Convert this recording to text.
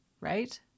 right